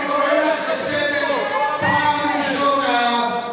אני קורא אותך לסדר פעם ראשונה.